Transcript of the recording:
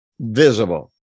visible